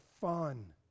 fun